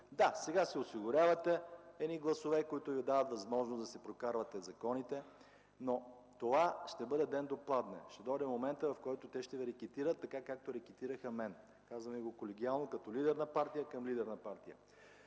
Да, сега си осигурявате едни гласове, които Ви дават възможност да си прокарвате законите, но това ще бъде ден до пладне. Ще дойде момента, в който те ще Ви рекетират, така както рекетираха мен. Казвам Ви го колегиално като лидер на партия към лидер на партия.